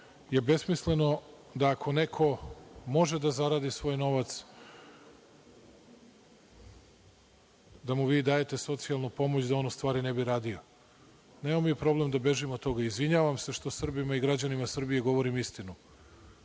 je besmisleno da ako neko može da zaradi svoj novac, da mu vi dajete socijalnu pomoć da on u stvari ne bi radio. Nemamo mi problem da bežimo od toga, izvinjavam se što Srbima i građanima Srbije govorim istinu.